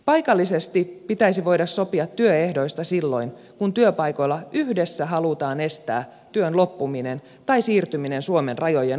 paikallisesti pitäisi voida sopia työehdoista silloin kun työpaikoilla yhdessä halutaan estää työn loppuminen tai siirtyminen suomen rajojen ulkopuolelle